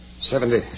Seventy